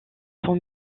son